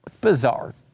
bizarre